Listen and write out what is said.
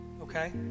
okay